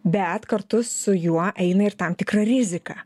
bet kartu su juo eina ir tam tikra rizika